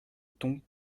ton